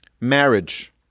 Marriage